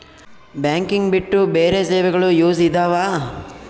Banking ಬಿಟ್ಟು ಬೇರೆ ಸೇವೆಗಳು ಯೂಸ್ ಇದಾವ?